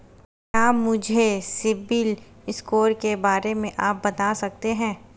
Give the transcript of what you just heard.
क्या मुझे सिबिल स्कोर के बारे में आप बता सकते हैं?